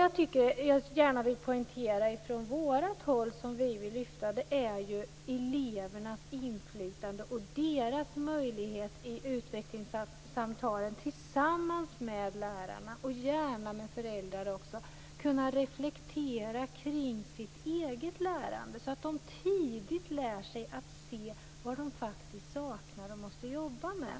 Jag vill gärna poängtera att vi från vårt håll vill lyfta fram elevernas inflytande och deras möjlighet att i utvecklingssamtal tillsammans med lärare och gärna också med föräldrar reflektera kring sitt eget lärande, så att de tidigt lär sig att se vad de saknar och måste jobba med.